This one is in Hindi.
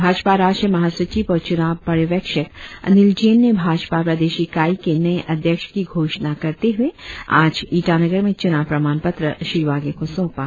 भाजपा राष्ट्रीय महासचिव और चुनाव प्रयवेक्षक अनील जैन ने भाजपा प्रदेश इकाई के नए अध्यक्ष की घोषणा करते हुए आज ईटानगर में चूनाव प्रमाण पत्र श्री वागे को सौंपा